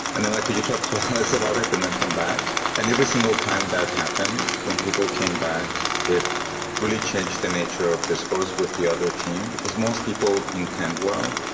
and like, will you talk to alice about it and then come back? and every single time that happened, when people came back, it really changed the nature of discourse with the other team, because most people intend well.